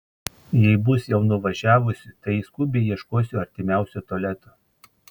jei bus jau nuvažiavusi tai skubiai ieškosiu artimiausio tualeto